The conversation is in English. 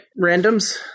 Randoms